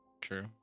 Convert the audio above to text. True